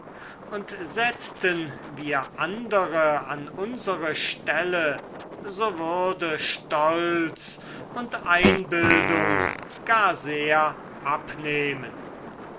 und setzten wir andere an unsere stelle so würde stolz und einbildung gar sehr abnehmen